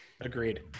agreed